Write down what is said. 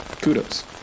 Kudos